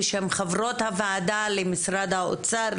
בשם חברות הוועדה למשרד האוצר,